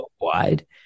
worldwide